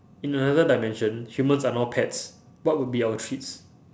in another dimension humans are now pets what would be our treats